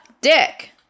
dick